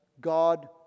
God